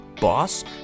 boss